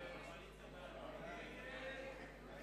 קבוצת האיחוד הלאומי וקבוצת חד"ש, אנחנו